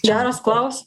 geras klaus